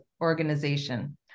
organization